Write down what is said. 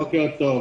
בוקר טוב.